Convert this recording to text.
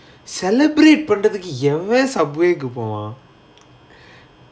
celebrate பண்ணறதுக்கு எவன்:pannarathukku evan Subway கு போவா:ku povaa